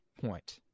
point